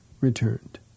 returned